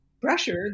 pressure